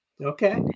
Okay